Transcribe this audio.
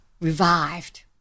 revived